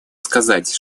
сказать